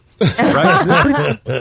Right